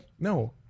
no